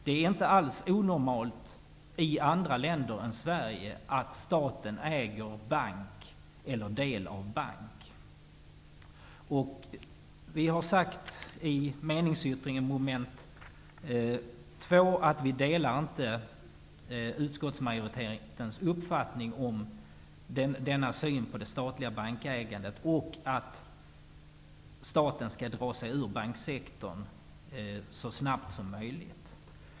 Det är inte alls onormalt i andra länder att staten äger en bank eller del i en bank. I meningsyttringen avseende mom. 2 säger vi att vi inte stöder utskottsmajoritetens syn på det statliga bankägandet och att staten skall dra sig ur banksektorn så snabbt som möjligt.